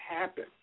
happen